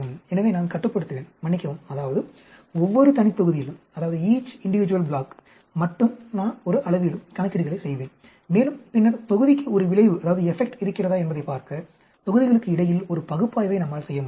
எனவே நான் கட்டுப்படுத்துவேன் மன்னிக்கவும் அதாவது ஒவ்வொரு தனி தொகுதியில் மட்டும் நான் ஒரு அளவீடு கணக்கீடுகளை செய்வேன் மேலும் பின்னர் தொகுதிக்கு ஒரு விளைவு இருக்கிறதா என்பதைப் பார்க்க தொகுதிகளுக்கு இடையில் ஒரு பகுப்பாய்வை நம்மால் செய்ய முடியும்